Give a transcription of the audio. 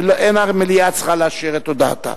ואין המליאה צריכה לאשר את הודעתה.